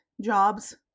jobs